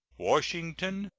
washington,